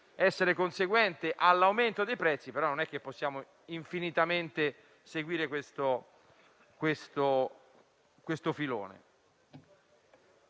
essere conseguente all'aumento dei prezzi, ma non possiamo infinitamente seguire questo filone.